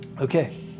Okay